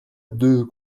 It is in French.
deux